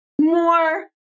more